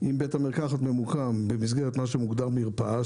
אם בית המרקחת ממוקם במסגרת מה שמוגדר "מרפאה",